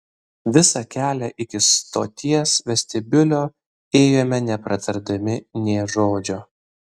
visą kelią iki stoties vestibiulio ėjome nepratardami nė žodžio